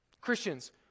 Christians